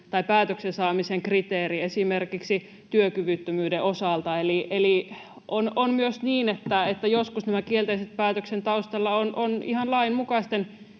päätöksen saamisen kriteeri esimerkiksi työkyvyttömyyden osalta. Eli on myös niin, että joskus tämän kielteisen päätöksen taustalla on ihan lainmukaiset